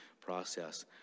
process